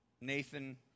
Nathan